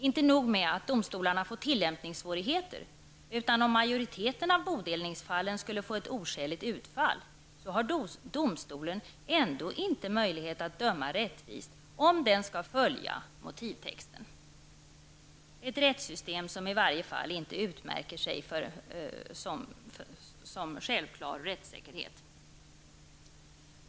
Inte nog med att domstolen får tillämpningssvårigheter, utan om majoriteten av bodelningsfallen skulle få ett oskäligt utfall har domstolen ändå inte möjlighet att döma rättvist om den skall följa motivtexten. Det är ett rättssystem som i varje fall inte utmärker sig för självklar rättssäkerhet.